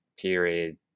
period